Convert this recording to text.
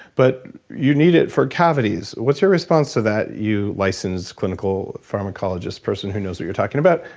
but you need it for cavities. what's your response to that, you licensed clinical pharmacologist person who knows what you're talking about?